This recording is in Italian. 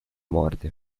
morte